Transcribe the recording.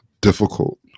difficult